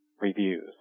reviews